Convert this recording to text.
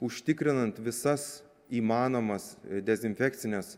užtikrinant visas įmanomas dezinfekcines